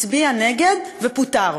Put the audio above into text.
הצביע נגד ופוטר,